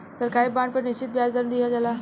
सरकारी बॉन्ड पर निश्चित ब्याज दर दीहल जाला